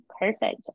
Perfect